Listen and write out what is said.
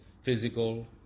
physical